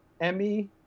emmy